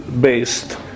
based